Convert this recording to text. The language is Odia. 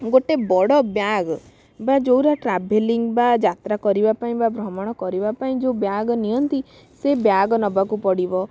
ଗୋଟେ ବଡ଼ ବ୍ୟାଗ ବା ଯେଉଁରା ଟ୍ରାଭେଲିଙ୍ଗ ବା ଯାତ୍ରା କରିବା ପାଇଁ ବା ଭ୍ରମଣ କରିବା ପାଇଁ ଯେଉଁ ବ୍ୟାଗ ନିଅନ୍ତି ସେ ବ୍ୟାଗ ନେବାକୁ ପଡ଼ିବ